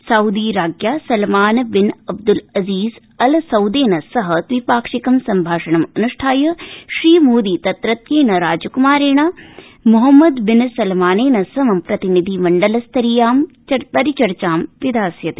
Saudi राज्ञा Salman bin Abdulaziz Al सौदेन सह द्वि पाक्षिक संभाषणम् अन्ष्ठाय श्री मोदी तत्रत्य राजकूमारेण मोहम्मद बिन सलमानेन समं प्रतिनिधि मण्डल स्तरीयां परिचर्चा विधास्यति